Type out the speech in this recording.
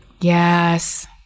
Yes